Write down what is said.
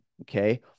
Okay